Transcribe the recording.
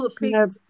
yes